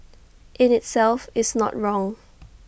in itself is not wrong